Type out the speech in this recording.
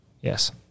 Yes